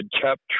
kept